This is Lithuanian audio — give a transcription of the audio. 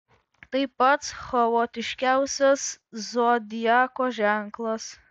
tai pats chaotiškiausias zodiako ženklas